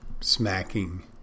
smacking